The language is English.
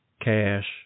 cash